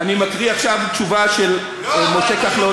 אני מקריא עכשיו תשובה של משה כחלון.